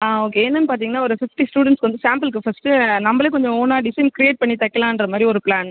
ஆ okay என்னென்னு பார்த்தீங்கன்னா ஒரு ஃபிஃப்டி ஸ்டூடண்ஸுக்கு சாம்பிளுக்கு ஃபர்ஸ்ட்டு நம்மளே கொஞ்சம் ஓனாக டிசைன் கிரியேட் பண்ணி தைக்கலான்ற மாதிரி ஒரு பிளான்